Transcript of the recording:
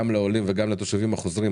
גם לעולים וגם לתושבים החוזרים,